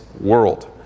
world